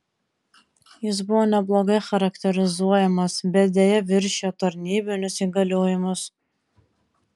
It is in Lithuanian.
jis buvo neblogai charakterizuojamas bet deja viršijo tarnybinius įgaliojimus